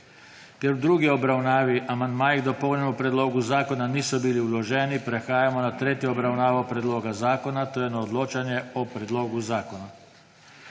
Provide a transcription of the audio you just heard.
Ker v drugi obravnavi amandmaji k dopolnjenemu predlogu zakona niso bili vloženi, prehajamo na tretjo obravnavo predloga zakona, to je na odločanje o predlogu zakona.